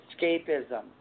escapism